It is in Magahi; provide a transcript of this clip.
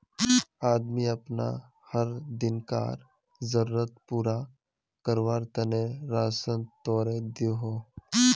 आदमी अपना हर दिन्कार ज़रुरत पूरा कारवार तने राशान तोड़े दोहों